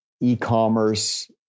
e-commerce